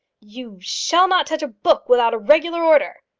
you shall not touch a book without a regular order,